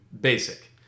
Basic